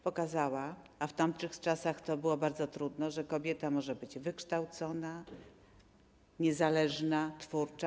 Pokazała, a w tamtych czasach to było bardzo trudne, że kobieta może być wykształcona, niezależna, twórcza.